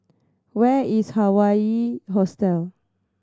where is Hawaii Hostel